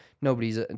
Nobody's